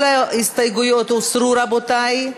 כל ההסתייגויות הוסרו, רבותי,